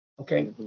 Okay